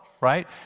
right